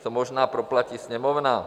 To možná proplatí Sněmovna.